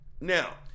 now